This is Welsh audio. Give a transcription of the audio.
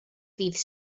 ddydd